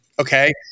Okay